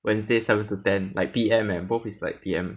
wednesday seven to ten like P_M leh both is like P_M